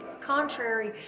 contrary